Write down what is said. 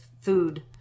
food